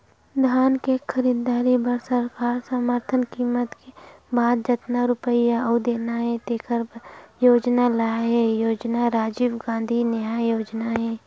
धान के खरीददारी बर सरकार समरथन कीमत के बाद जतना रूपिया अउ देना हे तेखर बर योजना लाए हे योजना राजीव गांधी न्याय योजना हे